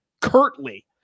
curtly